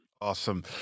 Awesome